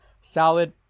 Salad